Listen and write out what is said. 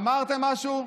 אמרתם משהו?